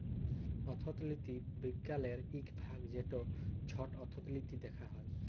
অথ্থলিতি বিজ্ঞালের ইক ভাগ যেট ছট অথ্থলিতি দ্যাখা হ্যয়